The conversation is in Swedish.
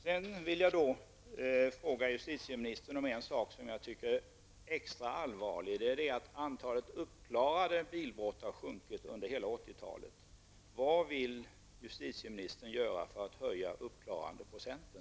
Jag vill sedan fråga justitieministern om något som enligt min uppfattning är extra allvarligt, nämligen att antalet uppklarade bilbrott har sjunkit under hela 80-talet. Vad vill justitieministern göra för att höja uppklarandeprocenten?